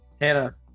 Hannah